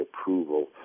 approval